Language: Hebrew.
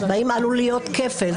והאם עלול להיות כפל?